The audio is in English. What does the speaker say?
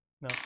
No